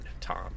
Tom